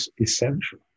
essential